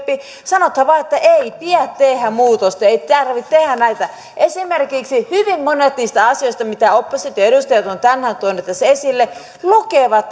sanotaan vain että ei pidä tehdä muutosta ei tarvitse tehdä näitä esimerkiksi hyvin monet niistä asioista mitä opposition edustajat ovat tänään tuoneet tässä esille lukevat